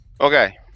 Okay